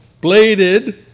bladed